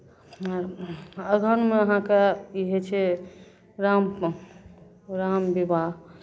अगहनमे अहाँके ई होइ छै राम राम विवाह